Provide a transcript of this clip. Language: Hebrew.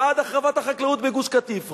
ועד החרבת החקלאות בגוש-קטיף.